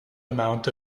amount